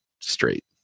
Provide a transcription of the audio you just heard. straight